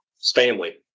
family